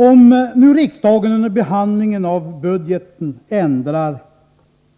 Om nu riksdagen under behandlingen av budgeten ändrar denna